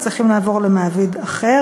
צריכים לעבור למעביד אחר.